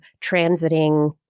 transiting